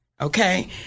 Okay